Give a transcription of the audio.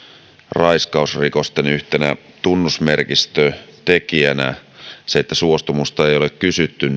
raiskausrikosten yhtenä tunnusmerkistötekijänä se että suostumusta ei ole kysytty